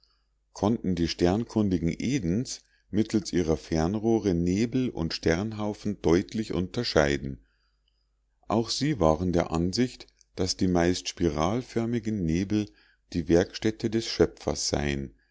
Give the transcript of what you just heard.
konnten die sternkundigen edens mittelst ihrer fernrohre nebel und sternhaufen deutlich unterscheiden auch sie waren der ansicht daß die meist spiralförmigen nebel die werkstätte des schöpfers seien